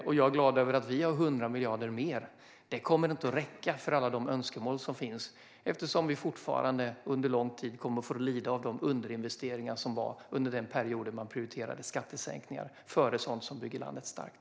Jag är också glad över att vi har 100 miljarder mer. Det kommer inte att räcka för alla de önskemål som finns, eftersom vi fortfarande under lång tid kommer att få lida av underinvesteringarna under den period då man prioriterade skattesänkningar framför sådant som bygger landet starkt.